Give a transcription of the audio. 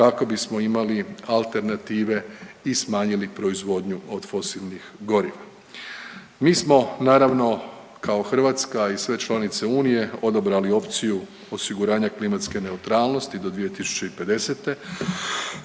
kako bismo imali alternative i smanjili proizvodnju od fosilnih goriva. Mi smo naravno kao Hrvatska i sve članice Unije odabrali opciju osiguranja klimatske neutralnosti do 2050.